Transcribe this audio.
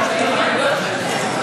נמנע.